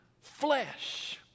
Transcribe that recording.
flesh